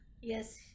Yes